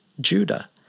Judah